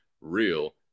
real